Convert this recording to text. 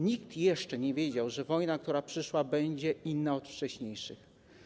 Nikt jeszcze nie wiedział, że wojna, która przyszła, będzie inna od wcześniejszych.